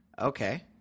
Okay